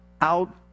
out